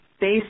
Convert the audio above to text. based